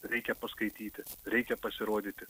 reikia paskaityti reikia pasirodyti